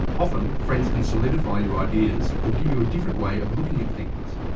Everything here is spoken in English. often friends can solidify your ideas or give you a different way of looking at things.